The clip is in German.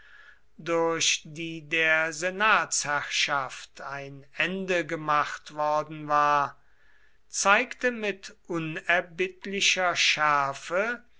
durch die der senatsherrschaft ein ende gemacht worden war zeigte mit unerbittlicher schärfe